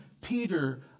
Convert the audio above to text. Peter